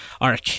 arc